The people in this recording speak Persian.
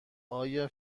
آیا